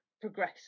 progress